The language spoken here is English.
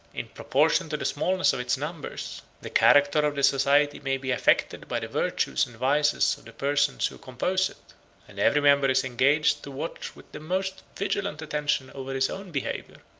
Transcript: in proportion to the smallness of its numbers, the character of the society may be affected by the virtues and vices of the persons who compose it and every member is engaged to watch with the most vigilant attention over his own behavior,